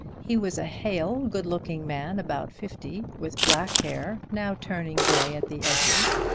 he was a hale, good-looking man about fifty, with black hair, now turning grey at the edges,